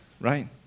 right